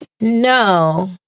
no